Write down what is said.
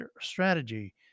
strategy